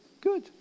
Good